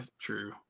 True